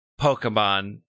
Pokemon